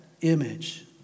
image